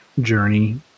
journey